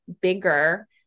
bigger